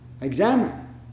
Examine